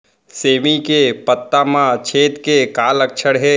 सेमी के पत्ता म छेद के का लक्षण हे?